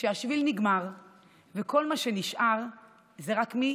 כשהשביל נגמר / וכל מה שנשאר זה רק מי